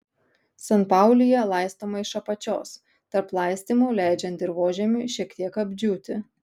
sanpaulija laistoma iš apačios tarp laistymų leidžiant dirvožemiui šiek tiek apdžiūti